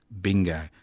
Bingo